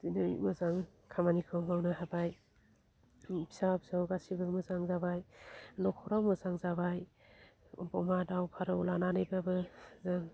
दिनै मोजां खामानिखौ मावनो हाबाय फिसा फिसौ गासिबो मोजां जाबाय नखराव मोजां जाबाय अमा दाउ फारौ लानानैबाबो जों